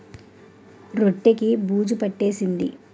రొట్టె కి బూజు పట్టేసింది